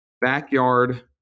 backyard